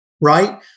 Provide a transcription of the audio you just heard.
right